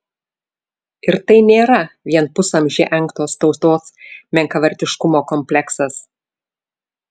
ir tai nėra vien pusamžį engtos tautos menkavertiškumo kompleksas